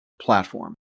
platform